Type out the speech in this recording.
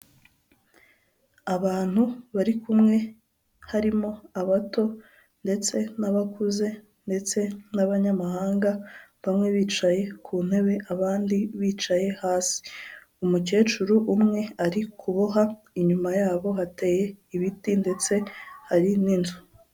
Abantu bari kumwe, harimo abato ndetse n'abakuze, ndetse n'abanyamahanga, bamwe bicaye ku ntebe, abandi bicaye hasi. Umukecuru umwe ari kuboha, inyuma yabo hateye ibiti, ndetse hari n'inzu.